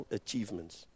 achievements